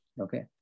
Okay